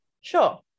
Sure